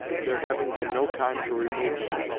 there having been no time to remove him,